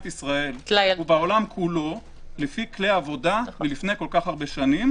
ישראל ובעולם כולו לפי כלי עבודה מלפני כל כך הרבה שנים.